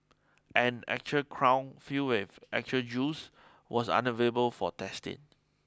an actual crown filled with actual jewels was unavailable for testing